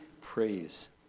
praise